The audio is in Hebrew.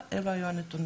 זה לא בידוד.